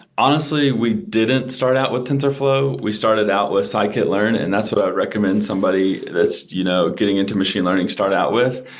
honestly, we didn't start out with tensorflow. we started out with scikit-learn, and that's what i'd recommend somebody that's you know getting into machine learning start out with.